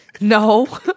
no